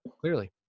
Clearly